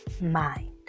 mind